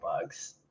bugs